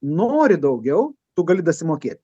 nori daugiau tu gali dasimokėt